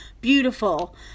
beautiful